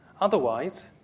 Otherwise